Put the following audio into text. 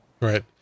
Right